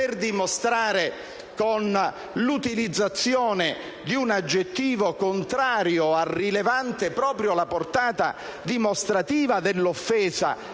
per dimostrare con l'utilizzazione di un aggettivo contrario a «rilevante» proprio la portata dimostrativa dell'offesa